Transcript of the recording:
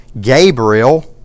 Gabriel